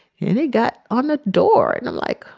yeah and it got on the door, and i'm like,